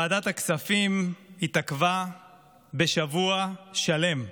ועדת הכספים התעכבה בשבוע שלם.